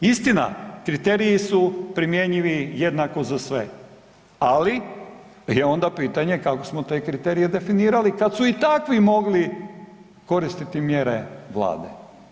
Istina kriteriji su primjenjivi jednako za sve, ali je onda pitanje kako smo te kriterije definirali kad su i takvi mogli koristiti mjere Vlade.